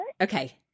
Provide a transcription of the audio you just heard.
okay